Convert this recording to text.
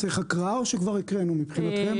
צריך הקראה או שכבר הקראנו מבחינתכם?